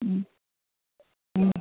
ಹ್ಞೂ ಹ್ಞೂ